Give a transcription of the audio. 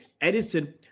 Edison